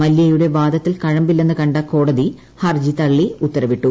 മില്ല്യയുടെ വാദത്തിൽ കഴമ്പില്ലെന്ന് കണ്ട കോടതി പ്രഹ്ർജി തള്ളി ഉത്തരവിട്ടു